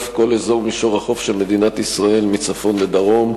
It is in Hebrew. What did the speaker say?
כל אזור מישור החוף של מדינת ישראל מצפון לדרום.